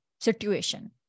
situation